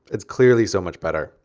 it's clearly so much better.